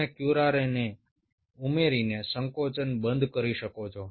તમે ક્યુરારેને ઉમેરીને સંકોચન બંધ કરી શકો છો